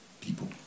people